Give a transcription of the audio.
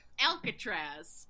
Alcatraz